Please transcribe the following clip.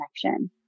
connection